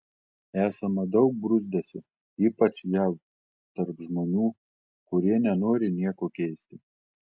esama daug bruzdesio ypač jav tarp žmonių kurie nenori nieko keisti